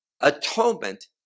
atonement